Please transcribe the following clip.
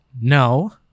No